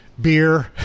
beer